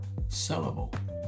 sellable